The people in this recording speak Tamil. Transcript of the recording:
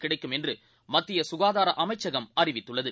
கிடைக்கும் என்றுமத்தியசுகாதாரஅமைச்சகம் அறிவித்துள்ளது